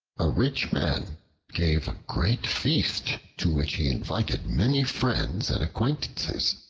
a rich man gave a great feast, to which he invited many friends and acquaintances.